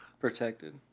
Protected